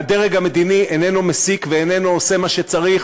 והדרג המדיני איננו מסיק ואיננו עושה מה שצריך,